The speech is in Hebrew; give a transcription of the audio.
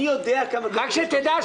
אני יודע כמה קשה -- מה שתדע,